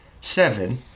seven